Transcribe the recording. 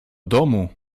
domu